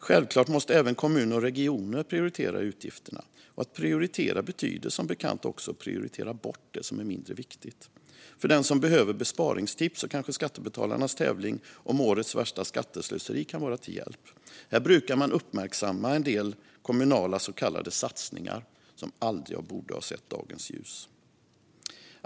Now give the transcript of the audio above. Självklart måste även kommuner och regioner prioritera i utgifterna, och att prioritera betyder som bekant också att prioritera bort det som är mindre viktigt. För den som behöver besparingstips kanske Skattebetalarnas tävling om årets värsta skatteslöseri kan vara till hjälp. Här brukar man uppmärksamma en del kommunala så kallade satsningar som aldrig borde ha sett dagens ljus.